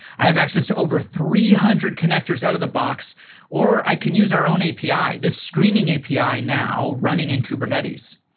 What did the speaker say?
i have access to over three hundred connectors out of the box or i can use our own api. this is screening api now running in kubernetes.